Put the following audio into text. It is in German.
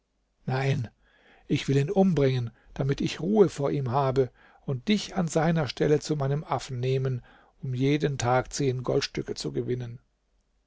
nein ich will ihn umbringen damit ich ruhe vor ihm habe und dich an seiner stelle zu meinem affen nehmen um jeden tag zehn goldstücke zu gewinnen